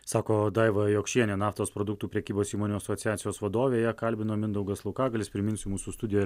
sako daiva jokšienė naftos produktų prekybos įmonių asociacijos vadovė ją kalbino mindaugas laukagalis priminsiu mūsų studijoj